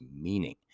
meaning